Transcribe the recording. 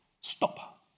Stop